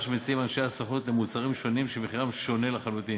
שמציעים אנשי הסוכנות למוצרים שונים שמחירם שונה לחלוטין.